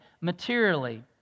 materially